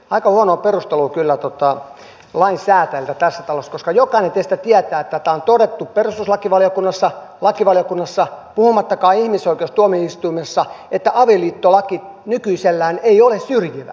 aika huonoa perustelua kyllä lainsäätäjiltä tässä talossa koska jokainen teistä tietää että tämä on todettu perustuslakivaliokunnassa lakivaliokunnassa puhumattakaan ihmisoikeustuomioistuimista että avioliittolaki nykyisellään ei ole syrjivä